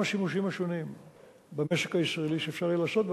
השימושים השונים במשק הישראלי שאפשר יהיה לעשות בגז.